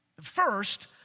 First